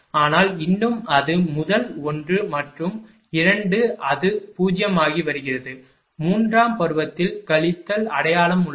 ஆனால் இன்னும் அது முதல் ஒன்று மற்றும் இரண்டு அது 0 ஆகி வருகிறது மூன்றாம் பருவத்தில் கழித்தல் அடையாளம் உள்ளது